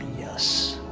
yes.